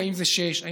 אם זה 06:00 בדיוק,